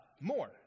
more